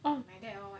oh